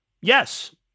Yes